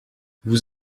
vous